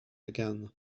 again